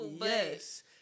yes